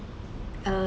uh